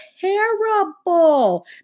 terrible